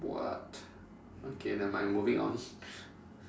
what okay nevermind moving on